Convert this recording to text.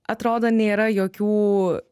atrodo nėra jokių